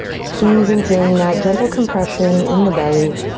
squeezing, feeling that gentle compression in the belly.